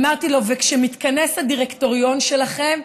אמרתי לו: וכשמתכנס הדירקטוריון שלכם?